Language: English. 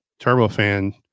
turbofan